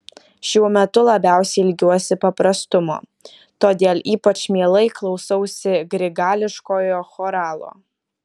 šiuo metu labiausiai ilgiuosi paprastumo todėl ypač mielai klausausi grigališkojo choralo